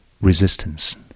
resistance